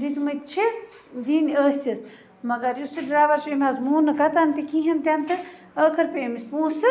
دِتۍمٕتۍ چھِ دِنۍ ٲسِس مَگَر یُس سُہ ڈرٛایوَر چھُ أمۍ حظ مون نہٕ قَطعاً تہِ کِہیٖنۍ تِنہٕ تہٕ ٲخر پے أمِس پونٛسہٕ